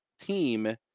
team